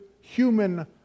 human